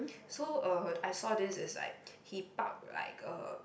so uh I saw this is like he park like uh